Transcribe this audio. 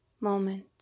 moment